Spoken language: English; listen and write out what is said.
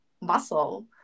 muscle